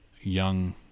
young